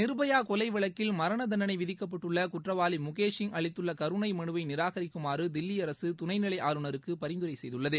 நிர்பயா கொலை வழக்கில் மரண தண்டனை விதிக்கப்பட்டுள்ள குற்றவாளி முகேஷ் சிங் அளித்துள்ள கருணை மனுவை நிராகரிக்குமாறு தில்லி அரசு துணை நிலை ஆளுநருக்கு பரிந்துரை செய்துள்ளது